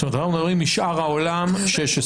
זאת אומרת אנחנו מדברים משאר העולם 16,000,